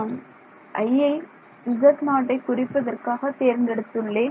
நான் iஐ z0ஐ குறிப்பதற்காக தேர்ந்தெடுத்துள்ளேன்